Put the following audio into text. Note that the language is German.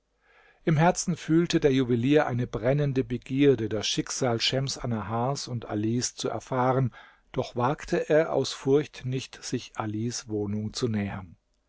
im herzen fühlte der juwelier eine brennende begierde das schicksal schems annahars und alis zu erfahren und doch wagte er aus furcht nicht sich alis wohnung zu nähern